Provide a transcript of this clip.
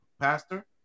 Pastor